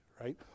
right